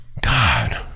God